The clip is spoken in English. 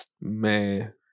man